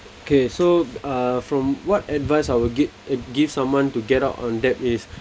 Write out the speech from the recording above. okay so uh from what advice I will get uh give someone to get out on that is